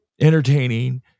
entertaining